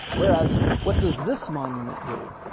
whereas what does this monument do?